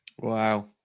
Wow